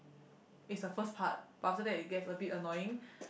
it's the first part but after that it gets a bit annoying